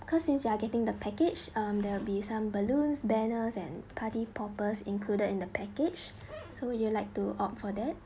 because since you are getting the package um there'll be some balloons banners and party poppers included in the package so would you like to opt for that